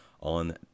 on